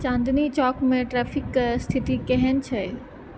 चाँदनी चौकमे ट्रैफिकके स्थिति केहन छै